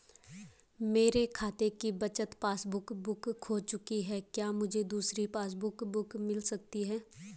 मेरे खाते की बचत पासबुक बुक खो चुकी है क्या मुझे दूसरी पासबुक बुक मिल सकती है?